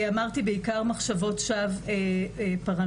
אמרתי בעיקר מחשבות שווא פרנואידיות.